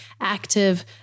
active